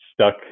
stuck